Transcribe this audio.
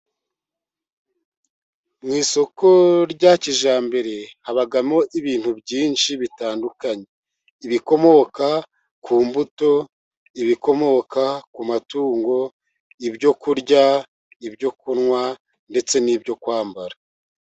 Mu isoko rya kijyambere, habamo ibintu byinshi bitandukanye, ibikomoka ku mbuto, ibikomoka ku matungo, ibyo kurya, ibyo kunywa, ndetse n'ibyo kwambara.